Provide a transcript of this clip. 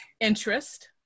interest